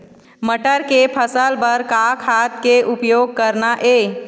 मटर के फसल बर का का खाद के उपयोग करना ये?